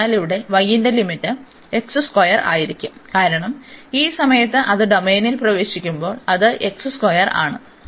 അതിനാൽ ഇവിടെ y ന്റെ ലിമിറ്റ് ആയിരിക്കും കാരണം ഈ സമയത്ത് അത് ഡൊമെയ്നിൽ പ്രവേശിക്കുമ്പോൾ അത് ആണ്